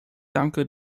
danke